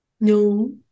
No